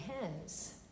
hands